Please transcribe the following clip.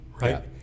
right